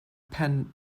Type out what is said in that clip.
pen